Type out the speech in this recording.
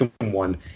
one